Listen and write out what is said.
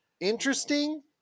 interesting